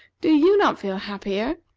do you not feel happier?